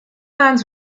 lands